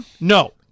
No